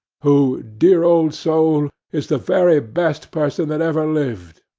who dear old soul is the very best person that ever lived,